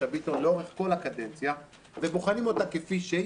ביטון לאורך כל הקדנציה ובוחנים אותה כפי שהיא,